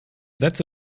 sätze